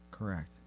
Correct